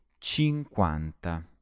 cinquanta